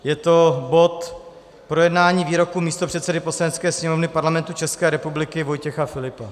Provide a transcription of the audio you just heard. Je to bod Projednání výroku místopředsedy Poslanecké sněmovny Parlamentu České republiky Vojtěcha Filipa.